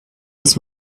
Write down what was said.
ist